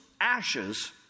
ashes